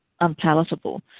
unpalatable